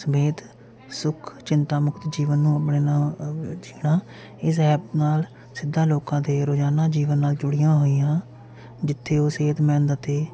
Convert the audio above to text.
ਸਮੇਤ ਸੁਖ ਚਿੰਤਾ ਮੁਕਤ ਜੀਵਨ ਨੂੰ ਆਪਣੇ ਨਾਲ ਜਿਉਣਾ ਇਸ ਐਪ ਨਾਲ ਸਿੱਧਾ ਲੋਕਾਂ ਦੇ ਰੋਜ਼ਾਨਾ ਜੀਵਨ ਨਾਲ ਜੁੜੀਆਂ ਹੋਈਆਂ ਜਿੱਥੇ ਉਹ ਸਿਹਤਮੰਦ ਅਤੇ